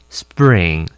spring